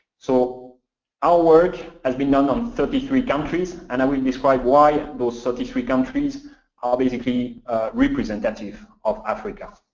so our work has been done on thirty three countries, and i will describe why and those thirty three countries are basically representative of africa.